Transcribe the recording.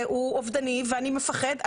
והוא אובדני ואני מפחד,